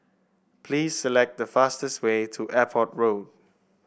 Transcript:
please select the fastest way to Airport Road